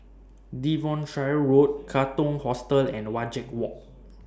Devonshire Road Katong Hostel and Wajek Walk